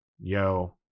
Yo